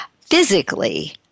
physically